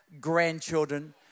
grandchildren